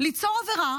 ליצור עבירה,